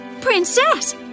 Princess